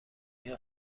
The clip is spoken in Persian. اگر